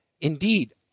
Indeed